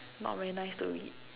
not very nice to read